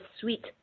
Sweet